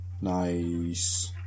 Nice